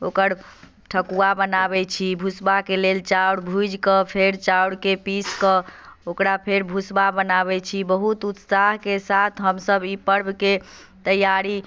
ओकर ठकुआ बनाबैत छी भुसुआके लेल चाउर भूजि कऽ फेर चाउरके पीसि कऽ ओकरा फेर भुसवा बनाबैत छी बहुत उत्साहके साथ हमसभ ई पर्वके तैआरी